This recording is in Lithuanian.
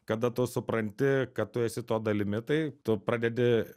kada tu supranti kad tu esi to dalimi tai tu pradedi